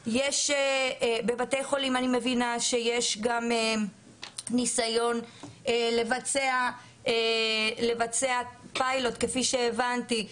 בבתי חולים אני מבינה שיש גם ניסיון לבצע פיילוט כפי שהבנתי,